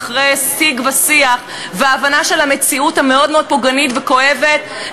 ואחרי שיג ושיח והבנה של המציאות המאוד-מאוד פוגענית וכואבת,